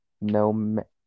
no